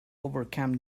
overcome